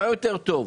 מה יותר טוב?